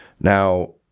Now